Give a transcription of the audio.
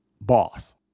boss